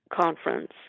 conference